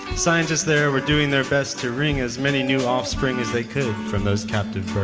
scientists there were doing their best to ring as many new offspring as they could from those captive